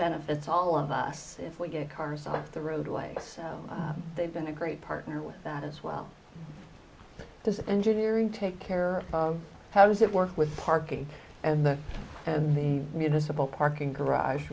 benefits all of us if we get cars off the roadway so they've been a great partner with that as well as engineering take care how does it work with parking and the municipal parking garage